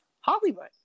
Hollywood